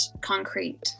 concrete